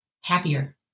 happier